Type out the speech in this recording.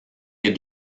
les